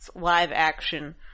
live-action